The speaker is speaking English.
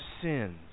sins